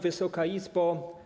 Wysoka Izbo!